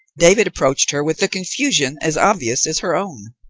david approached her with a confusion as obvious as her own.